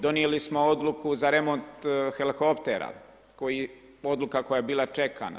Donijeli smo odluku za remont helihoptera, odluka koja je bila čekana.